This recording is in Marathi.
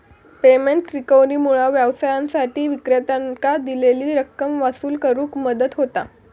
पेमेंट रिकव्हरीमुळा व्यवसायांसाठी विक्रेत्यांकां दिलेली रक्कम वसूल करुक मदत होता